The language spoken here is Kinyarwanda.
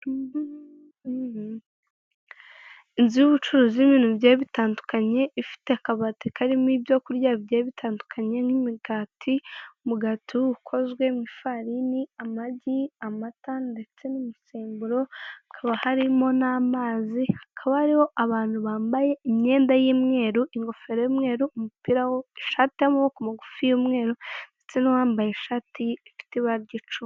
Inzu y'ubucuruzi irimo ibintu bigiye bitandukanye; ifite akabati karimo ibyo kurya bigiye bitandukanye n'imigati. Umugati ukozwe mu ifarini, amagi, amata ndetse n'umusemburo hakaba harimo amazi. Hakaba hariho abantu bambaye imyenda y'imyeru, ingofero y'umweru, umupira, ishati y'amaboko magufi y'umweru ndetse n'uwambaye ishati ifite ibara ry'icu...